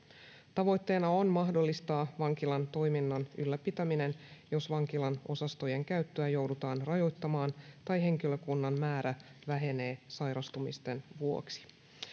tavoitteena on mahdollistaa vankilan toiminnan ylläpitäminen jos vankilan osastojen käyttöä joudutaan rajoittamaan tai henkilökunnan määrä vähenee sairastumisten vuoksi